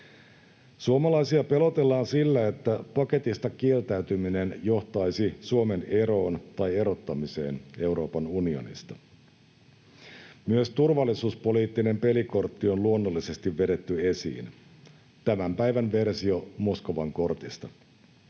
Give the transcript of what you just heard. Suomalaisia pelotellaan sillä, että paketista kieltäytyminen johtaisi Suomen eroon tai erottamiseen Euroopan unionista. Myös turvallisuuspoliittinen pelikortti on luonnollisesti vedetty esiin, tämän päivän versio Moskovan kortista: